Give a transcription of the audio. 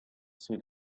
see